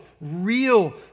real